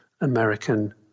American